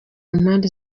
mpande